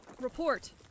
report